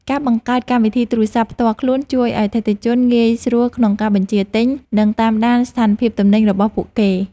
ការបង្កើតកម្មវិធីទូរស័ព្ទផ្ទាល់ខ្លួនជួយឱ្យអតិថិជនងាយស្រួលក្នុងការបញ្ជាទិញ និងតាមដានស្ថានភាពទំនិញរបស់ពួកគេ។